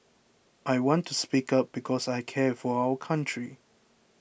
I want to speak up because I care for our country